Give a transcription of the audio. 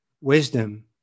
wisdom